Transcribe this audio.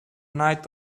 night